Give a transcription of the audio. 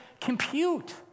compute